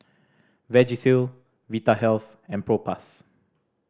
Vagisil Vitahealth and Propass